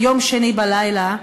ביום שני בלילה,